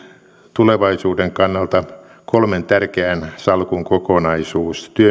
tulevaisuuden kannalta kolmen tärkeän salkun kokonaisuus